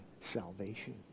salvation